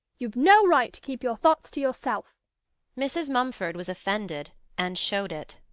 you've no right to keep your thoughts to yourself mrs. mumford was offended, and showed it.